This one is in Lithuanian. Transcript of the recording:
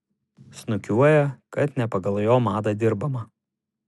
snukiuoja kad ne pagal jo madą dirbama